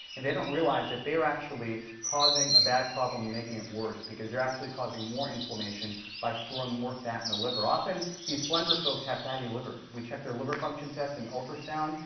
and they don't realize that they are actually causing a bad problem, making it worse, because they're actually causing more inflammation by storing more fat in the liver. often, these slender folks have fatty livers. we check their liver function tests and ultrasound.